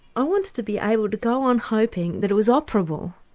i wanted to be able to go on hoping that it was operable,